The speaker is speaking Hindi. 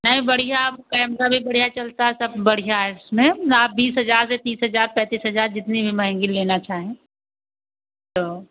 नहीं बढ़िया अब कैमरा भी बढ़िया चलता है सब बढ़िया है उसमें आप बीस हजार से तीस हजार पैंतीस हजार जितनी भी महेंगी लेना चाहें तो